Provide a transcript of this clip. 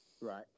Right